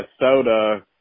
Minnesota